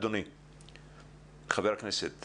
חבר הכנסת